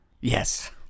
yes